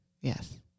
Yes